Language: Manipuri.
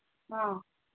ꯑꯥ